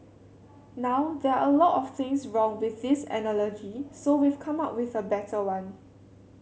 now there are a lot of things wrong with this analogy so we've come up with a better one